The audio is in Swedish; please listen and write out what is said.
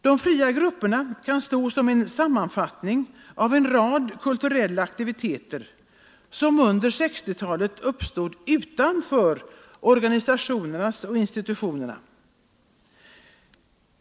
De fria grupperna kan stå som en sammanfattning av en rad kulturella aktiviteter, som under 1960-talet uppstod utanför organisationerna och institutionerna.